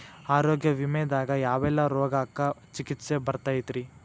ಆರೋಗ್ಯ ವಿಮೆದಾಗ ಯಾವೆಲ್ಲ ರೋಗಕ್ಕ ಚಿಕಿತ್ಸಿ ಬರ್ತೈತ್ರಿ?